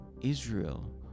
Israel